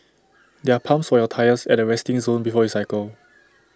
there are pumps for your tyres at the resting zone before you cycle